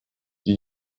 die